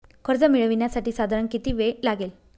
कर्ज मिळविण्यासाठी साधारण किती वेळ लागेल?